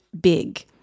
big